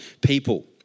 people